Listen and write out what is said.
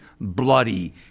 bloody